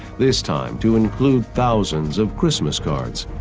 this time to include thousands of christmas cards.